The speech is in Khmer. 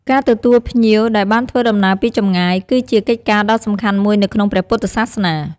ការទទួលភ្ញៀវដែលបានធ្វើដំណើរពីចម្ងាយ គឺជាកិច្ចការដ៏សំខាន់មួយនៅក្នុងព្រះពុទ្ធសាសនា។